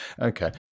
Okay